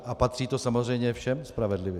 A patří to samozřejmě všem spravedlivě.